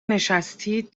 نشستید